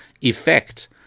effect